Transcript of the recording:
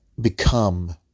become